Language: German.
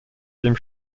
dem